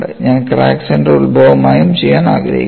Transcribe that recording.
ഞാൻ crack centre ഉത്ഭവമായും ചെയ്യാൻ ആഗ്രഹിക്കുന്നു